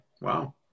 Wow